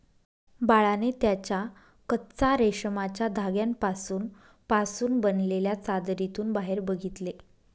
बाळाने त्याच्या कच्चा रेशमाच्या धाग्यांपासून पासून बनलेल्या चादरीतून बाहेर बघितले